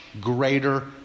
greater